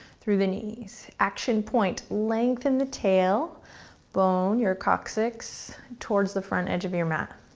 through the knees. action point, lengthen the tail bone, your coccyx, towards the front edge of your mat.